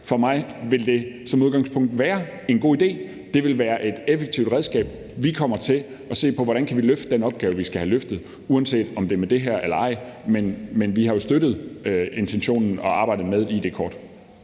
For mig vil det som udgangspunkt være en god idé. Det vil være et effektivt redskab. Vi kommer til at se på, hvordan vi kan løfte den opgave, vi skal have løftet, uanset om det er med det her eller ej, men vi har jo støttet intentionen og arbejdet med id-kort.